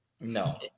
No